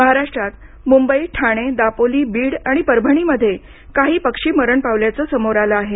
महाराष्ट्रात मुंबई ठाणे दापोली बीड आणि परभणीमध्ये काही पक्षी मरण पावल्याचं समोर आलं आहे